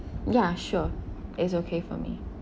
ya sure it's okay for me